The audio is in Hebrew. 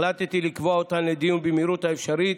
החלטתי לקבוע אותן לדיון במהירות האפשרית,